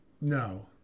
No